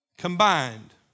combined